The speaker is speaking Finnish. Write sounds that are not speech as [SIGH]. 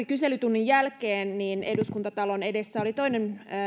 [UNINTELLIGIBLE] kyselytunnin jälkeen eduskuntatalon edessä oli toinen